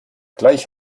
gleich